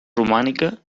romànica